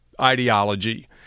ideology